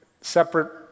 separate